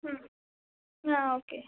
ಹ್ಞೂ ಹಾಂ ಓಕೆ